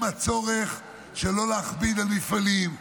עם הצורך שלא להכביד על מפעלים,